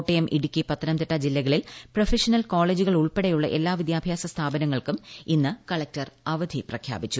കോട്ടയം ഇടുക്കി പത്തനംതിട്ട ജില്ലകളിൽ പ്രഫഷനൽ കോളേജുകൾ ഉൾപ്പെടെയുള്ള എല്ലാ വിദ്യാഭ്യാസ സ്ഥാപനങ്ങൾക്കും ഇന്നു കലക്ടർ അവധി പ്രഖ്യാപിച്ചു